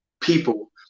people